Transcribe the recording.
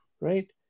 right